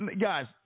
guys